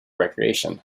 recreation